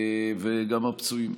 וגם הפצועים.